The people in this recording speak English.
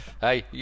Hey